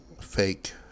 fake